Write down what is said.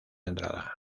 entrada